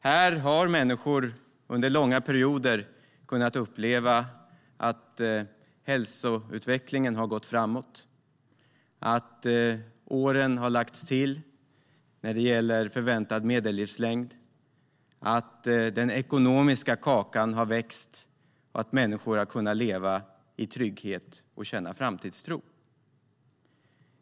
Här har människor under långa perioder kunnat uppleva att hälsoutvecklingen har gått framåt, att åren har lagts till när det gäller förväntad medellivslängd, att den ekonomiska kakan har växt och att människor har kunnat leva i trygghet och känna framtidstro.